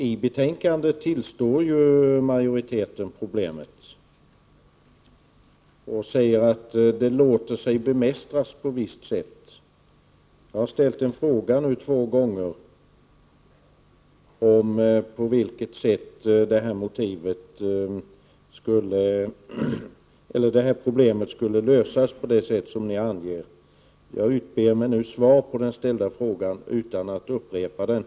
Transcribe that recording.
I betänkandet tillstår en majoritet inom skatteutskottet detta problem. Man säger att det låter sig bemästras på ett visst sätt. Jag har två gånger frågat hur problemet skulle kunna lösas på det sätt som här anges. Jag utber mig ett svar på den ställda frågan utan att upprepa denna.